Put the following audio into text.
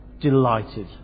delighted